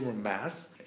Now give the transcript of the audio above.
mass